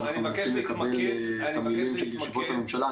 אנחנו מנסים לקבל תמלילים של ישיבות ממשלה.